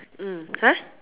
mm !huh!